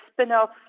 spin-off